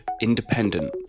independent